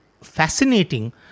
fascinating